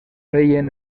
feien